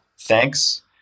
Thanks